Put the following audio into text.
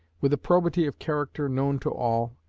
with a probity of character known to all,